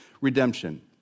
redemption